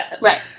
Right